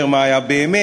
מה עם דוד